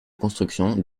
construction